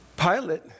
Pilate